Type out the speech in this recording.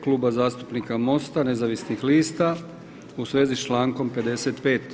Kluba zastupnika MOST-a nezavisnih lista u svezi s člankom 55.